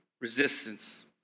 resistance